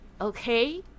okay